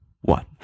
one